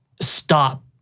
stop